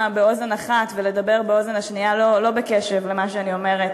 באוזן אחת ולדבר באוזן השנייה לא בקשב למה שאני אומרת.